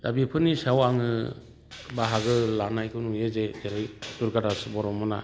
दा बेफोरनि सायाव आंङो बाहागो लानायखौ नुयो जे जेरै दुर्गादास बर'मोना